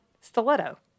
stiletto